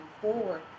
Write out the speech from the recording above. forward